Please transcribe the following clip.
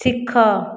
ଶିଖ